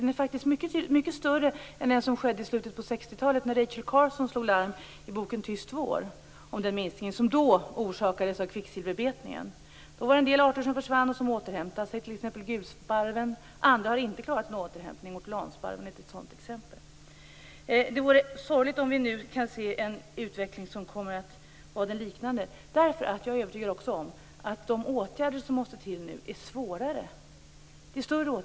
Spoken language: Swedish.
Den är faktiskt mycket större än den var på 60-talet, då Rachel Carson i boken Tyst vår slog larm om den minskning som då orsakades av kvicksilverbetningen. Då försvann en del arter som sedan återhämtade sig, t.ex. gulsparven. Andra har inte klarat att göra en återhämtning, t.ex. ortolansparven. Det vore sorgligt om vi nu kunde se en liknande utveckling. Jag är också övertygad om att de åtgärder som nu måste till är svårare och större.